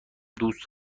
دوست